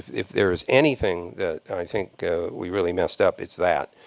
if there's anything that i think we really messed up, it's that.